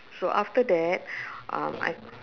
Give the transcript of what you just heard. so after that um I